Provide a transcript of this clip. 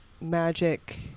magic